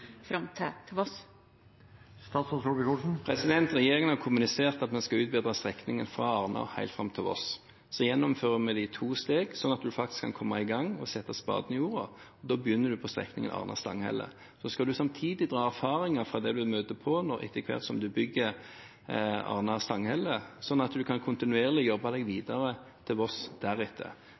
Regjeringen har kommunisert at vi skal utbedre strekningen fra Arna og helt fram til Voss. Vi gjennomfører det i to steg, slik at en kan komme i gang og sette spaden i jorda. En begynner med strekningen Arna–Stanghelle. Så skal en samtidig gjøre seg erfaringer fra det en møter på etter hvert som en bygger Arna–Stanghelle, slik at en deretter kontinuerlig kan jobbe seg videre til